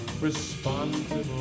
responsible